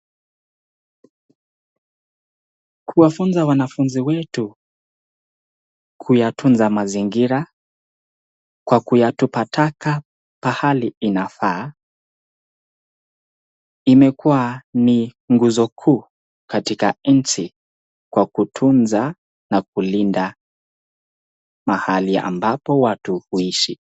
Kuwafunza wanafunzi wetu kuyatunza mazingira, kwa kuyatupa taka pahali inafaa, imekuwa ni nguzo kuu katika nchi kwa kutunza na kulinda mahali ambapo watu huishi.